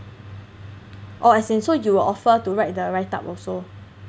orh as in so you will offer to write the write up also